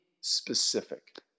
specific